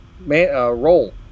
role